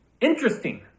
Interesting